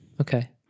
Okay